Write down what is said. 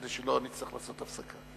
כדי שלא נצטרך לעשות הפסקה.